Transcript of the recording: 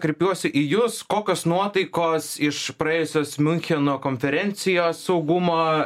kreipiuosi į jus kokios nuotaikos iš praėjusios miuncheno konferencijos saugumo